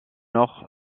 nord